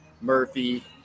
Murphy